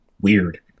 weird